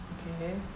okay